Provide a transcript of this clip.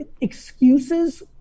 excuses